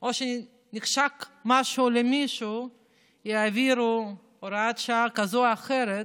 או שמתחשק משהו למישהו יעבירו הוראת שעה כזאת או אחרת